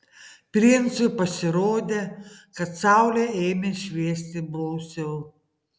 princui pasirodė kad saulė ėmė šviesti blausiau